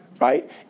right